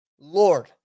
Lord